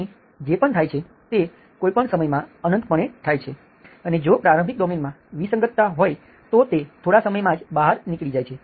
અહીં જે પણ થાય છે તે કોઈ પણ સમયમાં અનંતપણે થાય છે અને જો પ્રારંભિક ડોમેઈનમાં વિસંગતતા હોય તો તે થોડા સમયમાં જ બહાર નીકળી જાય છે